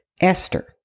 Esther